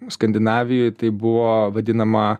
skandinavijoj tai buvo vadinama